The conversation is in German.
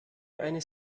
eines